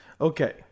Okay